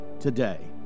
today